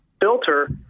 filter